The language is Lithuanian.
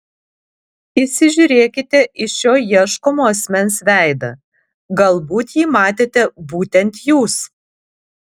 įsižiūrėkite į šio ieškomo asmens veidą galbūt jį matėte būtent jūs